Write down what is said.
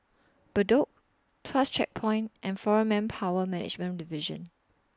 Bedok Tuas Checkpoint and Foreign Manpower Management Division